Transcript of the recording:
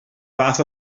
fath